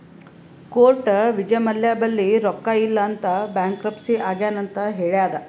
court Vijay Mallya ಬಲ್ಲಿ ರೊಕ್ಕಾ ಇಲ್ಲ ಅಂತ ಬ್ಯಾಂಕ್ರಪ್ಸಿ ಆಗ್ಯಾನ್ ಅಂತ್ ಹೇಳ್ಯಾದ್